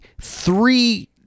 three